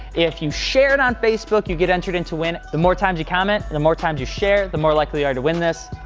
if you share it on facebook, you get entered in to win. the more times, you comment, the more times you share, the more likely you are to win this.